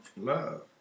Love